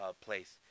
place